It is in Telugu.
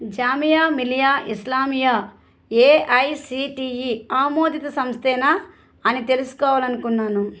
జామియా మిలియా ఇస్లామియా ఏఐసిటిఈ ఆమోదిత సంస్థేనా అని తెలుసుకోవాలనుకున్నాను